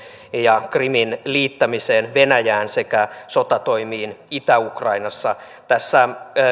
ja ja krimin liittämiseen venäjään sekä sotatoimiin itä ukrainassa tässä